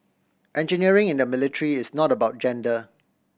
engineering in the military is not about gender